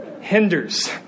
hinders